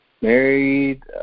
married